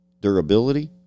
durability